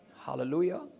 Hallelujah